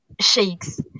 shakes